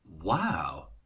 Wow